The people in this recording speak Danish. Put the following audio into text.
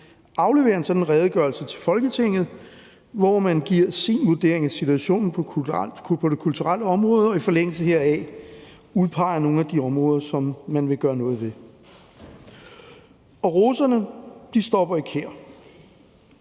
afleverer en sådan redegørelse til Folketinget, hvor man giver sin vurdering af situationen på de kulturelle områder og i forlængelse heraf udpeger nogle af de områder, som man vil gøre noget ved. Og roserne stopper ikke her,